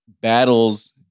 battles